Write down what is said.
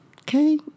Okay